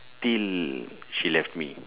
till she left me